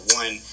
one